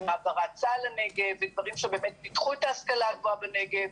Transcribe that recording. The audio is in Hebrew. עם העברת צה"ל לנגב ודברים שפיתחו את ההשכלה הגבוהה בנגב,